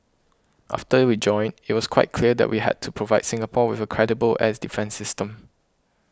after we joined it was quite clear that we had to provide Singapore with a credible air defence system